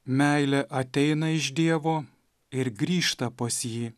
meilė ateina iš dievo ir grįžta pas jį